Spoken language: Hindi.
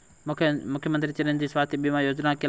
मुख्यमंत्री चिरंजी स्वास्थ्य बीमा योजना के क्या लाभ हैं?